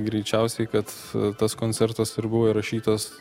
greičiausiai kad tas koncertas ir buvo įrašytas